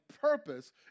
purpose